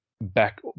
back